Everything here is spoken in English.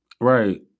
right